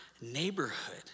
neighborhood